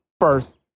first